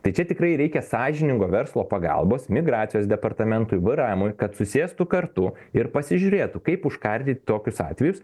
tai čia tikrai reikia sąžiningo verslo pagalbos migracijos departamentui v r emui kad susėstų kartu ir pasižiūrėtų kaip užkardyt tokius atvejus